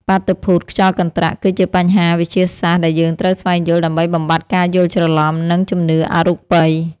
បាតុភូតខ្យល់កន្ត្រាក់ គឺជាបញ្ហាវិទ្យាសាស្ត្រដែលយើងត្រូវស្វែងយល់ដើម្បីបំបាត់ការយល់ច្រឡំ និងជំនឿអរូបី។